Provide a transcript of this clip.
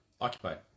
Occupied